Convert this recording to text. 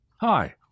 hi